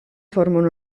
formano